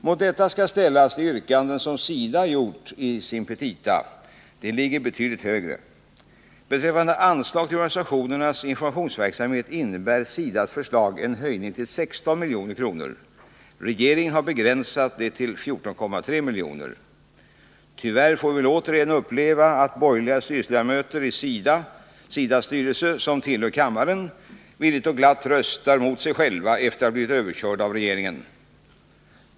Mot detta skall ställas de yrkanden som SIDA gjort i sina petita. De ligger betydligt högre. Beträffande anslag till organisationernas informationsverksamhet innebar SIDA:s förslag en höjning till 16 milj.kr. Regeringen har begränsat det till 14,3 milj.kr. Tyvärr får vi väl återigen uppleva att borgerliga ledamöter i SIDA:s styrelse och som också är ledamöter av kammaren villigt och glatt röstar mot sig själva efter att ha blivit överkörda av regeringen.